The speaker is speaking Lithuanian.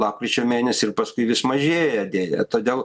lapkričio mėnesį ir paskui vis mažėja deja todėl